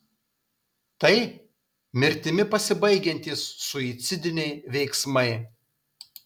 tai mirtimi pasibaigiantys suicidiniai veiksmai